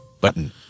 Button